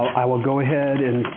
i will go ahead and